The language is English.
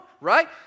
right